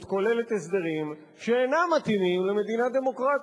כוללת הסדרים שאינם מתאימים למדינה דמוקרטית.